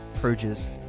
purges